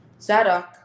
Zadok